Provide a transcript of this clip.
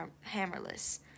hammerless